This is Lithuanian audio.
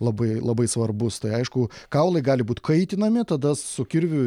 labai labai svarbus tai aišku kaulai gali būt kaitinami tada su kirviu